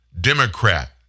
Democrat